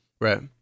right